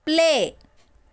play